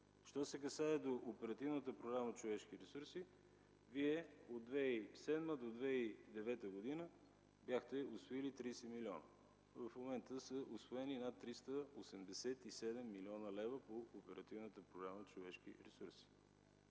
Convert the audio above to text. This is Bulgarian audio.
Що се касае до Оперативната програма „Човешки ресурси” Вие от 2007 до 2009 г. бяхте усвоили 30 милиона. В момента са усвоени над 387 млн. лв. по Оперативната програма „Човешки ресурси”.